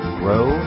grow